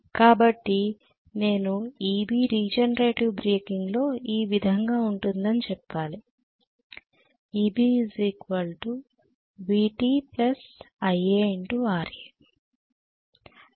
కాబట్టి నేను Eb regenerative బ్రేకింగ్లో ఈ విధంగా ఉంటుందని చెప్పాలి Eb Vt Ia Ra